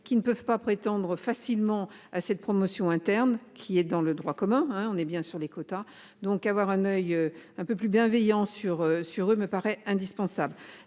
qui ne peuvent pas prétendre facilement à cette promotion interne qui est dans le droit commun hein on est bien sur les quotas. Donc avoir un oeil un peu plus bienveillant sur sur eux me paraît indispensable.